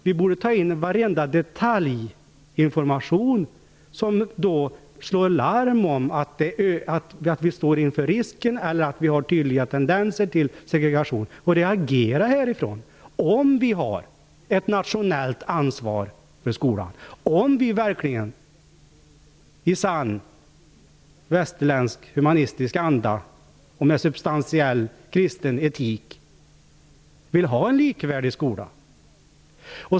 Vi borde ta in varje detaljinformation om att det finns tydliga tendenser till segregation och slå larm och agera utifrån detta, om vi har ett nationellt ansvar för skolan och om vi verkligen i sann västerländsk humanistisk anda och med substantiell kristen etik vill ha en likvärdig skola.